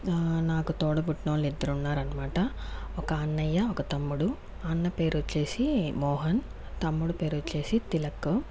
నాకు తోడబుట్టినోళ్ళు ఇద్దరు ఉన్నారు అనమాట ఒక అన్నయ్యా ఒక తమ్ముడు అన్నపేరొచ్చేసి మోహన్ తమ్ముడు పేరొచ్చేసి తిలక్కు